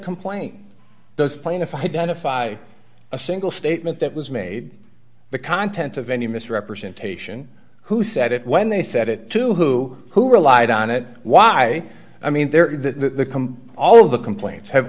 complaint does plaintiff identify a single statement that was made the contents of any misrepresentation who said it when they said it to who who relied on it why i mean there are the all of the complaints have